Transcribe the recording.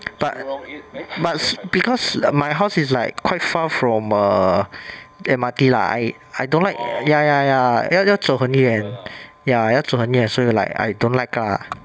but because my house is like quite far from err M_R_T lah I I don't like ya ya ya 要要走很远 ya 要走很远 so ya I don't like ah